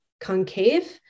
concave